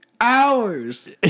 hours